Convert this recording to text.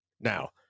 Now